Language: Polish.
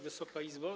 Wysoka Izbo!